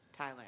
Thailand